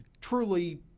truly